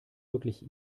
wirklich